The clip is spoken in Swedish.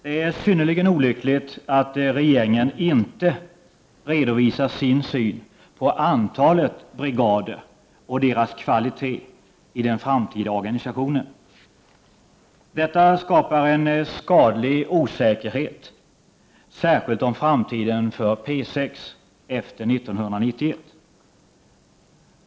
Det är synnerligen olyckligt att regeringen inte redovisar sin syn på antalet brigader och deras kvalitet i den framtida organisationen. Detta skapar en skadlig osäkerhet, särskilt om framtiden för P6 efter 1991.